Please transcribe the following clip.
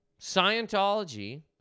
Scientology